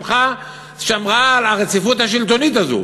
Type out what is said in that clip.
שמרה על הרציפות השלטונית הזו.